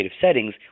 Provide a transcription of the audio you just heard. settings